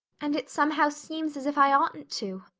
and it somehow seems as if i oughtn't to.